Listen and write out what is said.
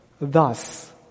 Thus